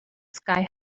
sky